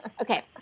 Okay